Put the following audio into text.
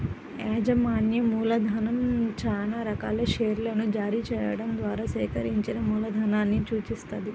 యాజమాన్య మూలధనం చానా రకాల షేర్లను జారీ చెయ్యడం ద్వారా సేకరించిన మూలధనాన్ని సూచిత్తది